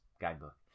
guidebook